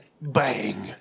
Bang